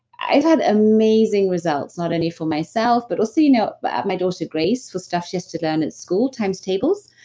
i've had amazing results not only for myself, but also you know but my daughter grace for stuff she has to learn at school times tables,